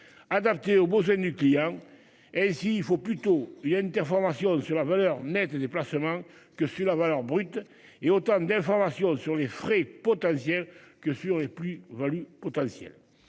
adaptés aux beaux seins nus clients et si il faut plutôt il a une telle information sur la valeur nette des placements que sur la valeur brute et autant d'informations sur les frais potentiel que sur les plus values potentielles